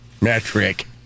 Metric